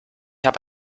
habe